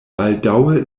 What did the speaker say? baldaŭe